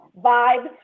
vibes